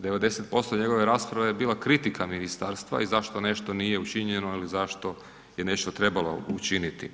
90% njegove rasprave je bila kritika ministarstva i zašto nešto nije učinjeno ili zašto je nešto trebalo učiniti.